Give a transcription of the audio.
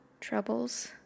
troubles